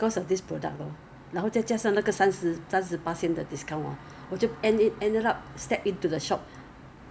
我出去的时候比较 you can you can see the the the the head the dust or whatever the environmental pollution